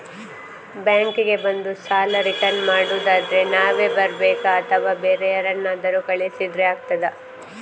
Bank ಗೆ ಬಂದು ಸಾಲ ರಿಟರ್ನ್ ಮಾಡುದಾದ್ರೆ ನಾವೇ ಬರ್ಬೇಕಾ ಅಥವಾ ಬೇರೆ ಯಾರನ್ನಾದ್ರೂ ಕಳಿಸಿದ್ರೆ ಆಗ್ತದಾ?